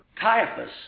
Caiaphas